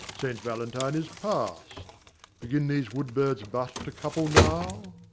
saint valentine is past begin these wood-birds but to couple now?